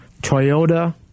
Toyota